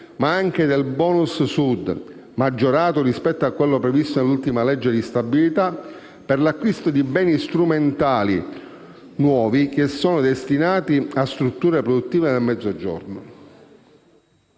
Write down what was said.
ma anche del *bonus* Sud, maggiorato rispetto a quello previsto dall'ultima legge di stabilità, per l'acquisto di beni strumentali nuovi che sono destinati a strutture produttive nel Mezzogiorno.